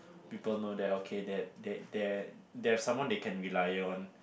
people know that okay that uh they have someone they can reliant on